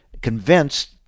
convinced